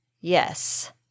Yes